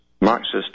Marxist